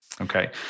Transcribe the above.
Okay